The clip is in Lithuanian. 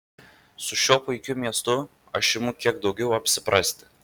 su šiuo puikiu miestu aš imu kiek daugiau apsiprasti